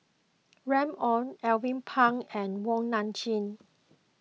Remy Ong Alvin Pang and Wong Nai Chin